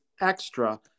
extra